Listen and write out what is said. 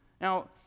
Now